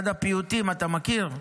אחד הפיוטים, אתה מכיר?